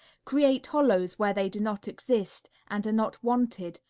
create hollows where they do not exist and are not wanted,